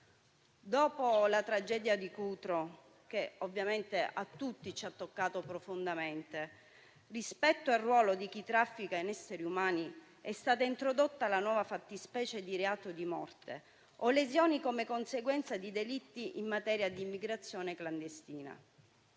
Dopo la tragedia di Cutro, che ovviamente ha toccato tutti noi profondamente, rispetto al ruolo di chi traffica esseri umani è stata introdotta la nuova fattispecie di reato di morte o lesioni come conseguenza di delitti in materia d'immigrazione clandestina.